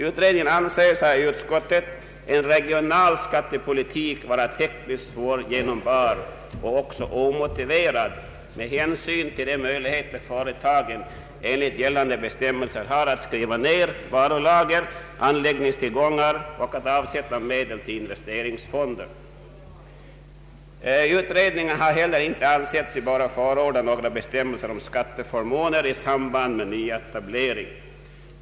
Utredningen anser, säger utskottet, en ”regional” skattepolitik vara tekniskt svårgenomförbar och också omotiverad med hänsyn till de möjligheter företagen enligt gällande bestämmelser har att skriva ned varulager och anläggningstillgångar och att avsätta medel till investeringsfonder. Utredningen har inte heller, fortsätter utskottet, ansett sig böra förorda några bestämmelser om skattefavörer i samband med nyetablering.